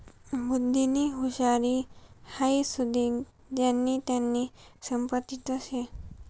बुध्दीनी हुशारी हाई सुदीक ज्यानी त्यानी संपत्तीच शे